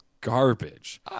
garbage